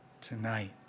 tonight